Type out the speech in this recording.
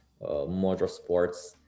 motorsports